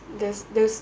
there's there's